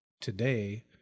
today